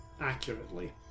accurately